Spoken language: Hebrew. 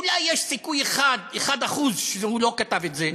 אולי יש סיכוי אחד, 1%, שהוא לא כתב את זה.